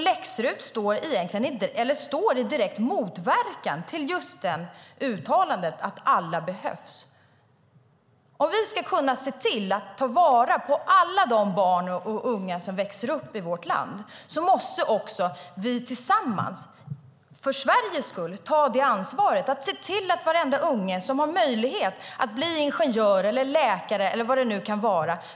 Läx-RUT står i direkt motsättning till detta uttalande, att alla behövs. Om vi ska kunna ta vara på alla barn och unga som växer upp i vårt land måste vi tillsammans för Sveriges skull ta ansvar för att se till att varenda unge har möjlighet att bli ingenjör, läkare eller vad det nu kan vara.